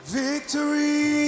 victory